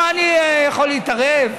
מה, אני יכול להתערב?